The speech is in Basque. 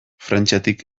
frantziatik